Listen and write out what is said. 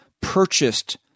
purchased